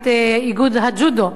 את איגוד הג'ודו,